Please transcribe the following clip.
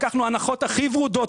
לקחנו הנחות הכי ורודות,